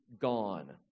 gone